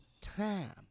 time